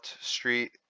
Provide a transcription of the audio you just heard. Street